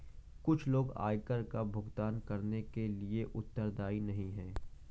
कुछ लोग आयकर का भुगतान करने के लिए उत्तरदायी नहीं हैं